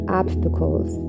obstacles